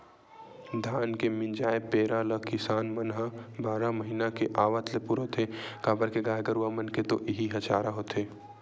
धान के मिंजाय पेरा ल किसान मन ह बारह महिना के आवत ले पुरोथे काबर के गाय गरूवा मन के तो इहीं ह चारा होथे